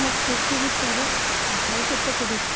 ମୁଁ କୃଷି ବିଷୟରେ ଭବିଷ୍ୟତ ପିଢ଼ିକୁ